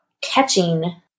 catching